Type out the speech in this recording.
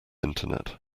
internet